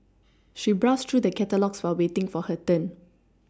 she browsed through the catalogues while waiting for her turn